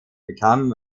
become